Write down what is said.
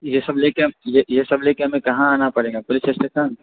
ये सब लेके हम ये सब लेके हमें कहाँ आना पड़ेगा पुलिस इस्टेसन